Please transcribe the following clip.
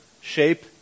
shape